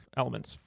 elements